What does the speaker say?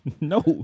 No